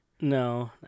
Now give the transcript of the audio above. no